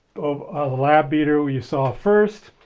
um lab beater you saw first,